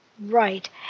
Right